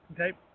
okay